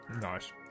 Nice